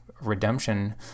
redemption